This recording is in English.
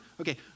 okay